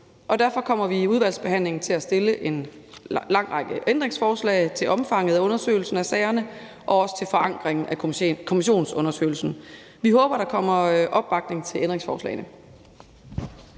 derfor kommer vi i udvalgsbehandlingen til at stille en lang række ændringsforslag til omfanget af undersøgelsen af sagerne og også til forankringen af kommissionsundersøgelsen. Vi håber, der kommer opbakning til ændringsforslagene.